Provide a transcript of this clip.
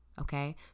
okay